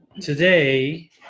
today